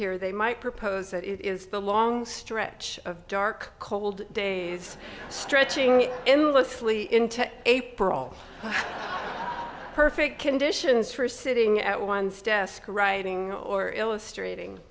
here they might propose that it is the long stretch of dark cold days stretching endlessly into april perfect conditions for sitting at one's desk or writing or illustrat